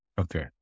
Okay